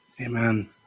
Amen